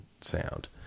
sound